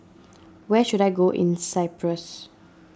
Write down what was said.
where should I go in Cyprus